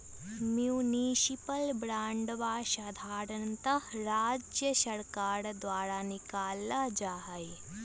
municipal बांडवा साधारणतः राज्य सर्कार द्वारा निकाल्ल जाहई